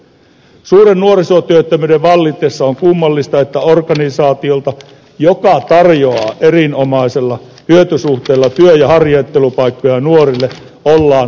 suuren nuorisotyöttömyyden vallitessa on kummallista että organisaatiolta joka tarjoaa erinomaisella hyötysuhteella työ ja harjoittelupaikkoja nuorille ollaan leikkaamassa resursseja